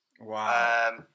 Wow